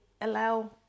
allow